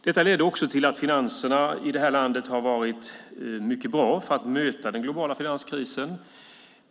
Detta ledde till att finanserna i det här landet har varit mycket bra för att möta den globala finanskrisen.